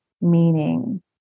meaning